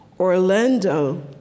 Orlando